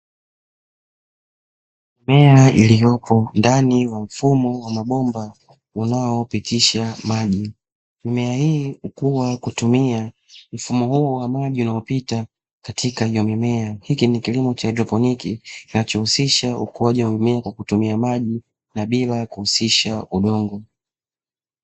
Mimea iliyopo ndani ya mfumo wa mabomba unaoptisha maji. Mimea hii hukua kwa kutumia mfumo huu wa maji yanayopita katika mimea. Hiki ni kilimo cha haidroponi, kinachohusisha ukuaji wa mimea kwa kutumia maji na bila kuhusisha udongo.